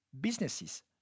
businesses